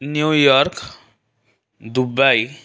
New York Dubai